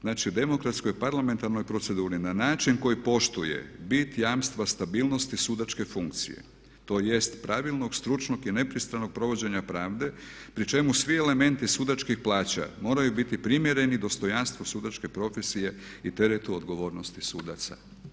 Znači, demokratskoj i parlamentarnoj proceduri na način koji poštuje bit jamstva stabilnosti sudačke funkcije, tj. pravilnog stručnog i nepristranog provođenja pravde pri čemu svi elementi sudačkih plaća moraju biti primjereni dostojanstvu sudačke profesije i teretu odgovornosti sudaca.